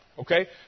Okay